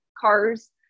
CARS